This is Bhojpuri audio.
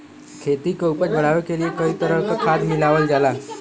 खेती क उपज बढ़ावे क लिए कई तरह क खाद मिलावल जाला